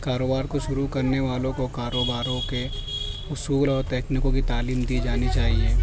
کاروبار کو شروع کرنے والوں کو کاروباروں کے اصول اور تکنیکوں کی تعلیم دی جانی چاہیے